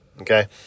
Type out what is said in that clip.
Okay